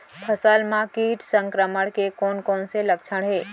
फसल म किट संक्रमण के कोन कोन से लक्षण हे?